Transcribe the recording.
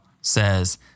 says